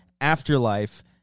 Afterlife